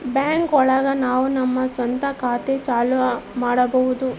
bank ಒಳಗ ನಾವು ನಮ್ ಸ್ವಂತ ಖಾತೆ ಚಾಲೂ ಮಾಡ್ಬೋದು